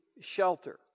shelter